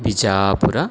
Bijapur